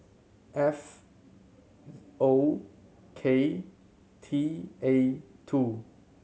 F O K T A two